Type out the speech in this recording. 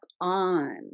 on